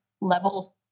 level